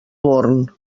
born